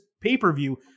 pay-per-view